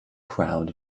crowd